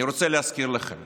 אני רוצה להזכיר לכם